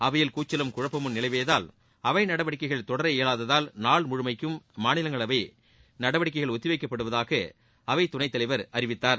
அவையில் கூச்சலும் குழப்பமும் நிலவியதால் அவை நடவடிக்கைகள் தொடர இயலாததால் நாள்முழுமைக்கும மாநிலங்களவை நடவடிக்கைகள் ஒத்திவைக்கப்படுவதாக அவைத்துணைத்தலைவர் அறிவித்தார்